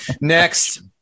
Next